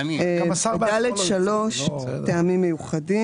ב-(ד3) טעמים מיוחדים.